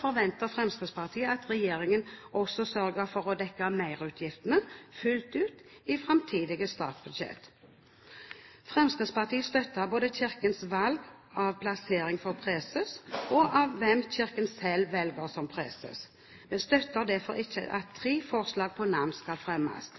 forventer Fremskrittspartiet at regjeringen også sørger for å dekke merutgiftene fullt ut i framtidige statsbudsjett. Fremskrittspartiet støtter både Kirkens valg av plassering for preses og av hvem Kirken selv velger som preses. Vi støtter derfor ikke at tre forslag på navn skal fremmes.